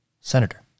senator